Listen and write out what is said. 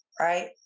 Right